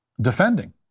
defending